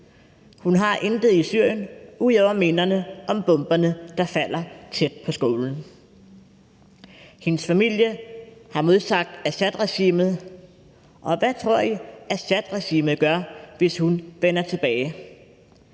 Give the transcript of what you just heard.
Hun har intet i Syrien ud over minderne om bomberne, der falder tæt på skolen. Hendes familie har modsagt Assadregimet, og hvad tror I Assadregimet gør, hvis hun vender tilbage?